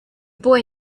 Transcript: boy